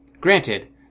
Granted